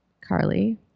Carly